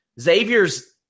Xavier's